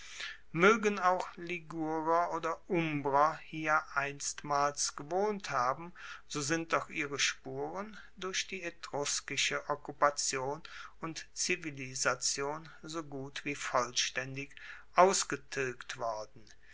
moegen auch ligurer oder umbrer hier einstmals gewohnt haben so sind doch ihre spuren durch die etruskische okkupation und zivilisation so gut wie vollstaendig ausgetilgt worden